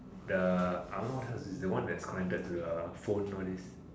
the I don't know what hell is this the one that is connected to the phone all these